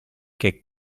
che